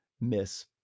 miss